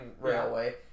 railway